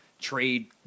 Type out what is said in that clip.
trade